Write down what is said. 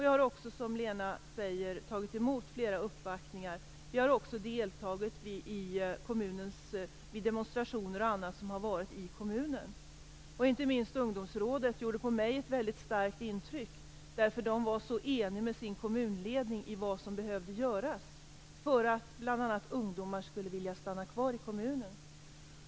Jag har också, som Lena Sandlin säger, tagit mot flera uppvaktningar. Vi har också deltagit i demonstrationer och annat i kommunen. Inte minst ungdomsrådet gjorde på mig ett väldigt starkt intryck, därför att de var så eniga med sin kommunledning om vad som behövde göras för att bl.a. ungdomar skulle vilja stanna kvar i kommunen.